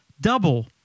double